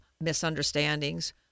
misunderstandings